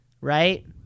Right